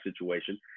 situation